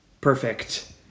perfect